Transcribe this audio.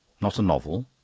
not a novel?